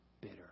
bitter